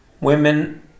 women